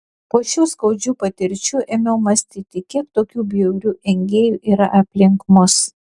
po šių skaudžių patirčių ėmiau mąstyti kiek tokių bjaurių engėjų yra aplink mus